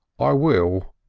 i will.